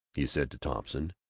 he said to thompson.